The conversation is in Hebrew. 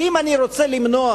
ואם אני רוצה למנוע